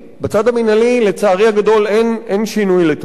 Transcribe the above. בצד המינהלי, לצערי הגדול, אין שינוי לטובה,